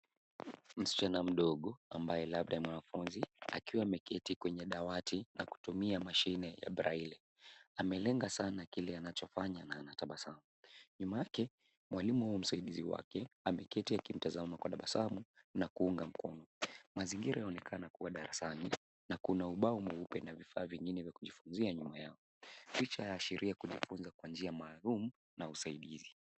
Msichana mdogo ambaye labda ni mwanafunzi akiwa ameketi kwenye dawati na kutumia mashini ya braille . Amelenga sana kile anachofanya na anatabasamu. Nyuma yake mwalimu au msaidizi wake ameketi akimtazama kwa tabasamu na kuunga mkono. Mazingira yanaonekana kuwa darasani na kuna ubao na vifaa vingine vya kujifunzia nyuma yao. Picha yaashiria kujifunza kwa njia maalum na usaidizi.